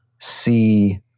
see